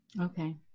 Okay